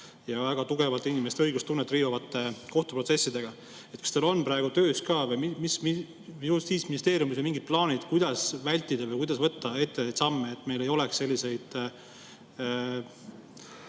ja väga tugevalt inimeste õiglustunnet riivavate kohtuprotsessidega. Kas teil on praegu töös midagi, Justiitsministeeriumis mingid plaanid, kuidas vältida või kuidas võtta ette samme, et meil ei oleks selliseid